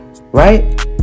right